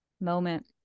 moment